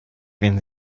wenn